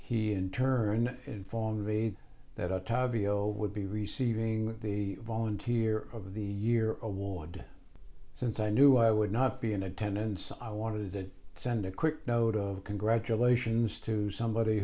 he in turn informed me that otavio would be receiving the volunteer of the year award since i knew i would not be in attendance i want to send a quick note of congratulations to somebody